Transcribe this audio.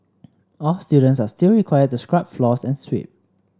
all students are still required to scrub floors and sweep